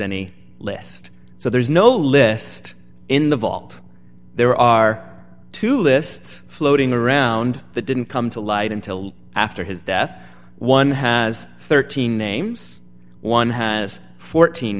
any list so there is no list in the vault there are two lists floating around that didn't come to light until after his death one has thirteen names one has fourteen